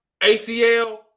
ACL